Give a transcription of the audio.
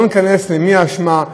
לא ניכנס למי האשמה,